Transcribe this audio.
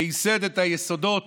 וייסד את היסודות